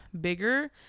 bigger